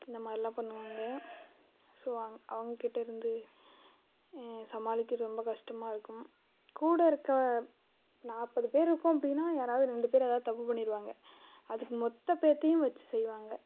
இந்த மாதிரிலாம் பண்ணுவாங்க ஸோ அவ அவங்கிட்டேருந்து சமாளிக்கறது ரொம்ப கஷ்டமா இருக்கும் கூட இருக்க நாற்பது பேரு இருக்கோம் அப்படின்னா யாரவது ரெண்டு பேரு எதாவது தப்பு பண்ணிடுவாங்க அதுக்கு மொத்த பேத்தையும் வச்சி செய்வாங்க